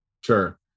Sure